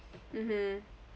mmhmm